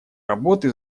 работы